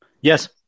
Yes